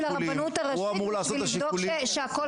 הרבנות הראשית בשביל לבדוק שהכול כשר?